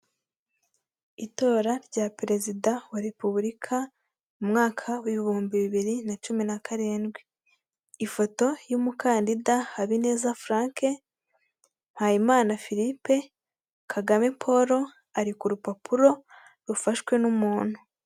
Itora rya perezida wa repubulika mu umwaka w'ibihumbi bibiri na cumi na karindwi, ifoto y'umukandida Habineza Furanke, Mpayimana Filipe, Kagame Poro, ari ku rupapuro rufashwe n'umuntu.